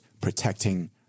protecting